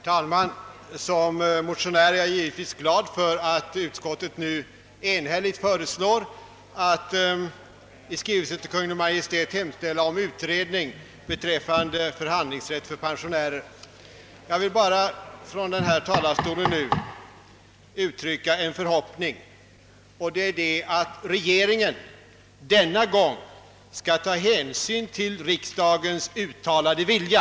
Herr talman! Som motionär är jag givetvis glad för att utskottet enhälligt föreslår riksdagen att i skrivelse till Kungl. Maj:t hemställa om utredning Jag vill nu från denna talarstol endast uttrycka den förhoppningen att regeringen denna gång skall ta hänsyn till riksdagens uttalade vilja.